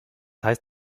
heißt